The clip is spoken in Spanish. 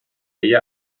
ella